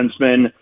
defenseman